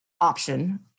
option